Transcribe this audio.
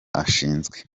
ashinzwe